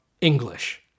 English